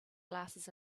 glasses